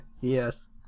Yes